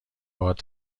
باهات